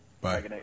Bye